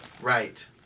Right